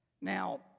now